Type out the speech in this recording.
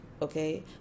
okay